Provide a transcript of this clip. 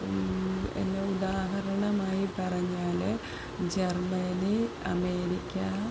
എന്നാൽ ഉദാഹരണമായി പറഞ്ഞാൽ ജെർമ്മനി അമേരിക്ക